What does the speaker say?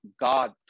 God